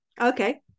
Okay